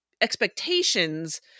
expectations